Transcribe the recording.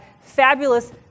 fabulous